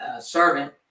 servant